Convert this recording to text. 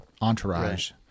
entourage